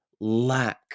lack